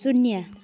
शून्य